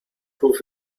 proof